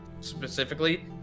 specifically